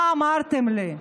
מה אמרתם לי?